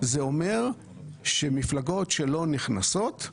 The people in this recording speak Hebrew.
זה אומר שמפלגות שלא נכנסות,